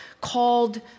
called